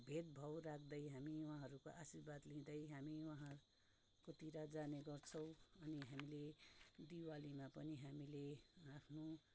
भेदभाव राख्दै हामी उहाँहरूको आशीर्वाद लिँदै हामी उहाँहरूकोतिर जाने गर्छौ अनि हामीले दिवालीमा पनि हामीले आफ्नो